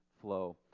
flow